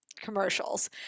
commercials